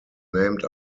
named